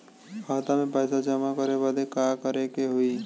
खाता मे पैसा जमा करे बदे का करे के होई?